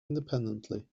independently